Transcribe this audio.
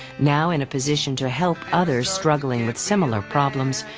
now in a position to help others struggling with similar problems,